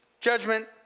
judgment